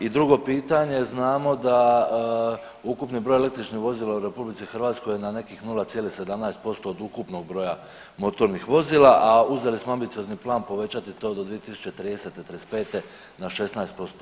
I drugo pitanje, znamo da ukupni broj električnih vozila u RH na nekih 0,17% od ukupnog broja motornih vozila, a uzeli smo ambiciozni plan povećati to do 2030.-2035. na 16%